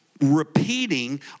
repeating